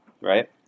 right